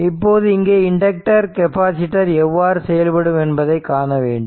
இப்போது இங்கே inductor capacitor எவ்வாறு செயல்படும் என்பதை காண வேண்டும்